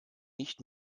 nicht